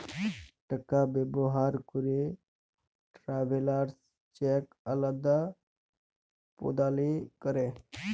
টাকা ব্যবহার ক্যরে ট্রাভেলার্স চেক আদাল প্রদালে ক্যরে